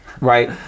Right